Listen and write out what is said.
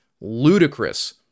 ludicrous